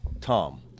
Tom